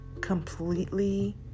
completely